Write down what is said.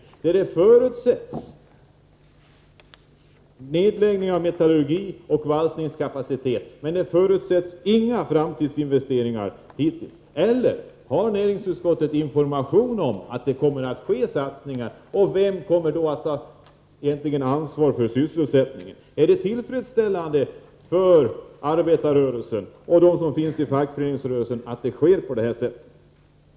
I uppgörelsen förutsätts nedläggningar när det gäller metallurgi och valsningskapacitet, men inga framtidsinvesteringar. Eller har näringsutskottet information om att det kommer att göras satsningar? Vem kommer då att ta det egentliga ansvaret för sysselsättningen? Är det tillfredsställande för arbetarrörelsen och fackföreningsrörelsen att det går till på detta sätt?